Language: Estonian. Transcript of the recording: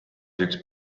üks